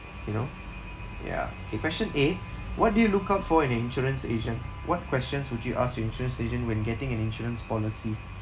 you know ya K question a what do you look out for in an insurance agent what questions would you ask your insurance agent when getting an insurance policy